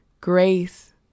Grace